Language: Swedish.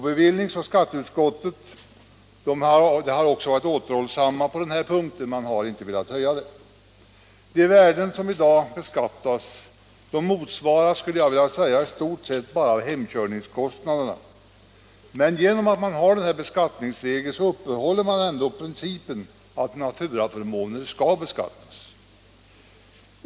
Bevillningsoch skatteutskotten har också varit återhållsamma på den punkten. Utskotten har inte velat föreslå någon höjning. De värden som i dag beskattas motsvaras i stort bara av hemkörningskostnaderna, men genom att vi har den här beskattningsregeln kvar upprätthåller vi ändå principen att naturaförmåner skall beskattas.